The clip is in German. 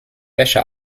wäsche